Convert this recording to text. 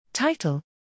Title